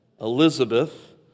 Elizabeth